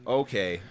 okay